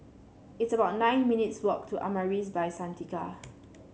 it's about nine minutes' walk to Amaris By Santika